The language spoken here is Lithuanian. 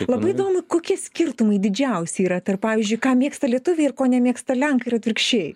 labai įdomu kokie skirtumai didžiausi yra tarp pavyzdžiui ką mėgsta lietuviai ir ko nemėgsta lenkai ir atvirkščiai